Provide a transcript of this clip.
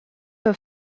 have